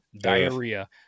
diarrhea